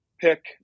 pick